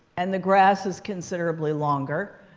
and the grass is considerably longer.